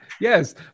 yes